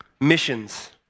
Missions